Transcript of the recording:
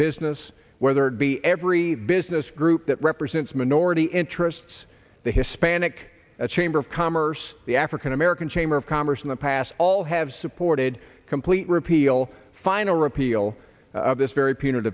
business whether it be every business group that represents minority interests the hispanic chamber of commerce the african american chamber of commerce in the past all have supported complete repeal find a repeal of this very p